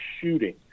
shooting